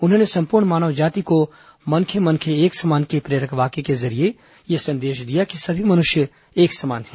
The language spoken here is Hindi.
उन्होंने सम्पूर्ण मानव जाति को मनखे मनखे एक समान के प्रेरक वाक्य के जरिये यह संदेश दिया कि सभी मनुष्य एक समान है